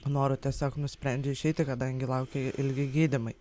noru tiesiog nusprendžia išeiti kadangi laukia ilgi gydymai